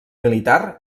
militar